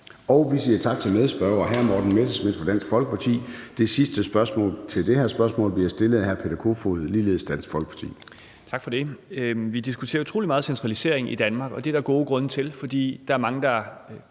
Vi siger tak til medspørger hr. Morten Messerschmidt fra Dansk Folkeparti. Det sidste spørgsmål under det her spørgsmål bliver stillet af hr. Peter Kofod, ligeledes Dansk Folkeparti. Kl. 13:39 Peter Kofod (DF): Tak for det. Vi diskuterer utrolig meget centralisering i Danmark, og det er der gode grunde til, fordi der er mange, der